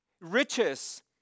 riches